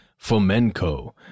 Fomenko